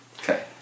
Okay